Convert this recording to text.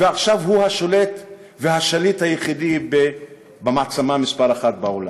ועכשיו הוא השולט והשליט היחידי במעצמה מספר אחת בעולם.